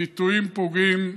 ביטויים פוגעים,